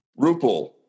Rupal